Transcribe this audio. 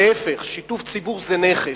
להיפך, שיתוף ציבור זה נכס.